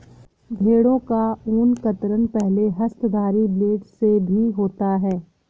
भेड़ों का ऊन कतरन पहले हस्तधारी ब्लेड से भी होता है